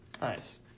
Nice